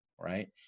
right